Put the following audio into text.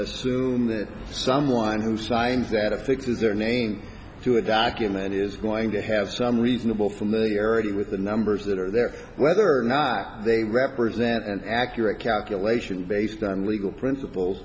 assume that someone who signs that of things to their name to a vacuum and is going to have some reasonable familiarity with the numbers that are there whether or not they represent an accurate calculation based on legal principle